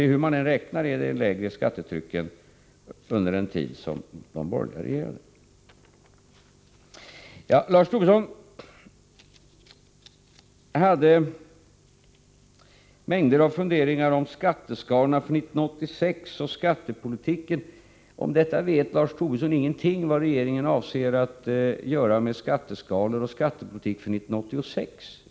Hur man än räknar är det ett lägre skattetryck än under den tid som de borgerliga regerade. Lars Tobisson hade en mängd funderingar om skatteskalorna och skattepolitiken för 1986. Men Lars Tobisson vet ingenting om vad regeringen avser att göra med skatteskalorna och skattepolitiken för 1986.